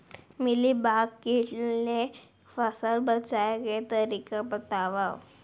Mealybug किट ले फसल बचाए के तरीका बतावव?